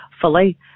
fully